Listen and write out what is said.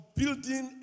building